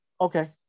Okay